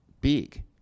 big